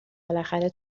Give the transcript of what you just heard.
بالاخره